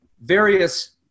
various